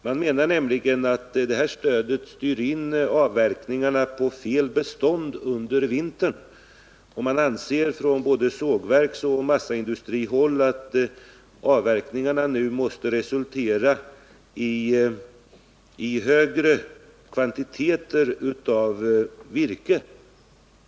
Man menar att det här stödet styr in avverkningarna på fel bestånd under vintern, och man anser från både sågverksoch massaindustrihåll att avverkningarna nu måste resultera i högre kvantiteter av virke.